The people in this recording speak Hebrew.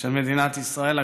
של מדינת ישראל,